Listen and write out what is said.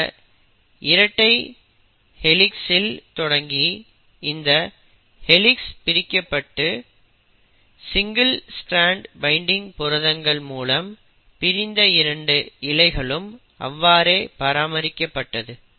ஆக இரட்டை ஹெளிக்ஸ் இல் தொடங்கி அந்த ஹெளிக்ஸ் பிரிக்கப்பட்டு சிங்கிள் ஸ்ட்ரான்ட் பைன்டிங் புரதங்கள் மூலம் பிரிந்த 2 இழைகளும் அவ்வாறே பராமரிக்கப்பட்டது